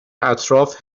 اطراف